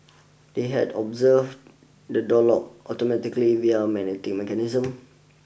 they had observed the door locked automatically via magnetic mechanism